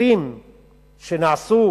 הקיצוצים שנעשו